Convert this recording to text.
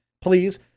please